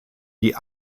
die